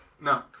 No